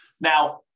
Now